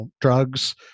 drugs